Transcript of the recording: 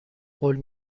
قول